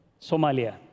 Somalia